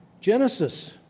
Genesis